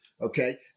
okay